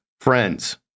Friends